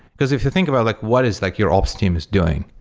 because if you think about like what is like your ops team is doing,